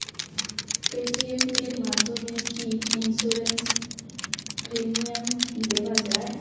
Paytm এর মাধ্যমে কি ইন্সুরেন্স প্রিমিয়াম দেওয়া যায়?